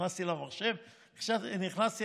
נכנסתי למחשב ואמרנו: